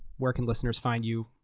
where can listeners find you?